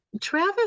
Travis